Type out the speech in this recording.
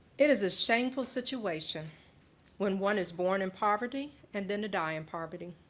it is a shameful situation when one is born in poverty and then to die in poverty.